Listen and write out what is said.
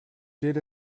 did